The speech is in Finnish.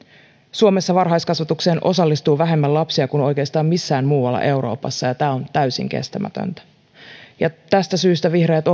suomessa varhaiskasvatukseen osallistuu vähemmän lapsia kuin oikeastaan missään muualla euroopassa ja tämä on täysin kestämätöntä tästä syystä vihreät